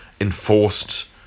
Enforced